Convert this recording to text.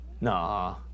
Nah